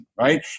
right